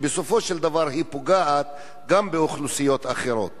שבסופו של דבר פוגעת גם באוכלוסיות אחרות.